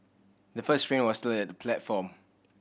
the first train was still at the platform